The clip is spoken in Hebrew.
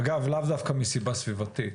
אגב לאו דווקא מסיבה סביבתית,